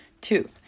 Two